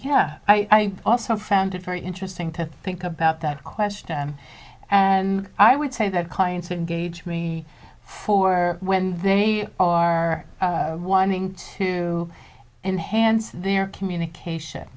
yeah i also found it very interesting to think about that question and i would say that clients engage me for when they are wanting to enhance their communication